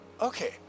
Okay